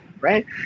right